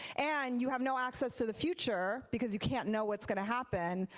and you have no access to the future, because you can't know what's going to happen,